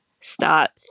start